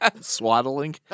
swaddling